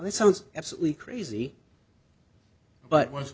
it sounds absolutely crazy but once